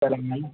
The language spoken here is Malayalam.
തിളങ്ങി